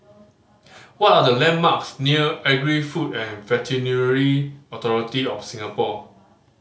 what are the landmarks near Agri Food and Veterinary Authority of Singapore